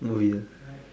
movies ah